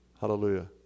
Hallelujah